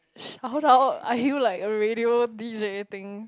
shout out are you like a radio D_J thing